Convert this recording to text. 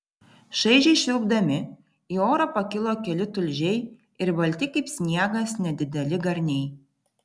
šaižiai švilpdami į orą pakilo keli tulžiai ir balti kaip sniegas nedideli garniai